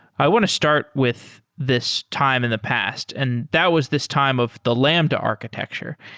i want to start with this time in the past and that was this time of the lambda architecture.